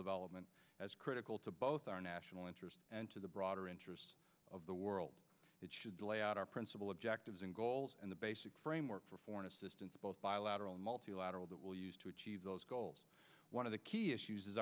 development as critical to both our national interest and to the broader interests of the world that should lay out our principle objectives and goals and the basic framework for foreign assistance both bilateral and multilateral that will use to achieve those goals one of the key issues is